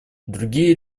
другие